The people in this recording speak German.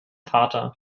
vater